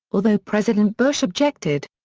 although president bush objected.